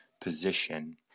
position